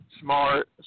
Smart